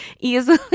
easily